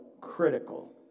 critical